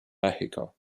mexico